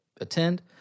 attend